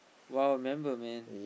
!wow! member man